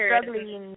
struggling